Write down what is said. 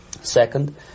Second